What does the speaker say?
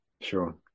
sure